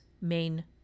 main